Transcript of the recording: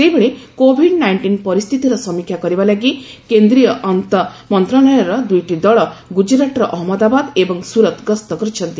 ସେହିଭଳି covid nineteen ପରିସ୍ଥିତିର ସମୀକ୍ଷା କରିବା ଲାଗି କେନ୍ଦ୍ରୀୟ ଆନ୍ତଃ ମନ୍ତ୍ରଣାଳୟର ଦୁଇଟି ଦଳ ଗୁଜରାଟର ଅହମ୍ମଦାବାଦ ଏବଂ ସ୍ରରତ ଗସ୍ତ କରିଛନ୍ତି